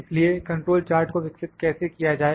इसलिए control chart को विकसित कैसे किया जाए